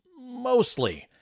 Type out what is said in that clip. mostly